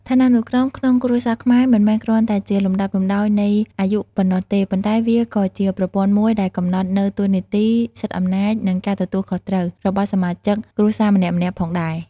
ឋានានុក្រមក្នុងគ្រួសារខ្មែរ មិនមែនគ្រាន់តែជាលំដាប់លំដោយនៃអាយុប៉ុណ្ណោះទេ ប៉ុន្តែវាក៏ជាប្រព័ន្ធមួយដែលកំណត់នូវ តួនាទី សិទ្ធិអំណាច និងការទទួលខុសត្រូវ របស់សមាជិកគ្រួសារម្នាក់ៗផងដែរ។